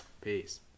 Peace